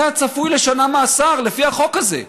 אתה צפוי לשנה מאסר לפי החוק הזה.